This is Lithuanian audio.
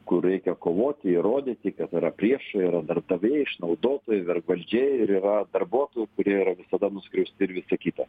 kur reikia kovoti įrodyti kad yra priešai yra darbdaviai išnaudotojai vergvaldžiai ir yra darbuotojų kurie yra visada nuskriausti ir visa kita